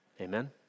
Amen